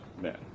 men